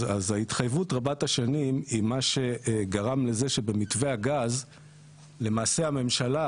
אז ההתחייבות רבת השנים היא מה שגרם לזה שבמתווה הגז למעשה הממשלה,